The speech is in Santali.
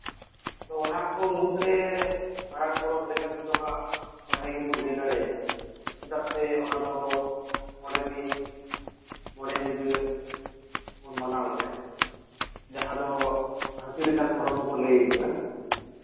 ᱟᱫᱚ ᱚᱱᱟᱠᱚ ᱢᱩᱫᱨᱮ ᱢᱟᱨᱟᱝ ᱯᱚᱨᱚᱵᱽ ᱢᱩᱫᱽᱨᱮ ᱥᱚᱨᱦᱟᱭ ᱜᱮᱵᱚᱱ ᱞᱟᱹᱭ ᱫᱟᱲᱮᱭᱟᱜᱼᱟ ᱪᱮᱫᱟᱜ ᱥᱮ ᱚᱱᱟ ᱫᱚ ᱢᱚᱲᱮ ᱫᱤᱱ ᱢᱚᱲᱮ ᱧᱤᱫᱟᱹ ᱵᱚᱱ ᱢᱟᱱᱟᱣ ᱮᱜᱼᱟ ᱡᱟᱦᱟᱸ ᱫᱚ ᱦᱟᱹᱛᱤ ᱞᱮᱠᱟᱱ ᱯᱚᱨᱚᱵᱽ ᱦᱚᱸᱠᱚ ᱞᱟᱹᱭ ᱠᱟᱫᱟ